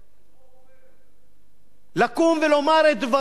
לקום ולומר את דברו בצורה ברורה בכל